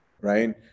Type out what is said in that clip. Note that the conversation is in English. right